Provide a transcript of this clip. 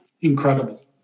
incredible